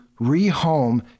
rehome